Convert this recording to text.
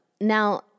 Now